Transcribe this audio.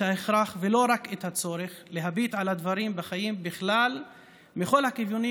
את ההכרח ולא רק הצורך להביט על הדברים בחיים בכלל מכל הכיוונים